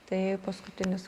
tai paskutinis